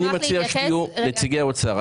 (היו"ר אלי דלל) נציגי האוצר,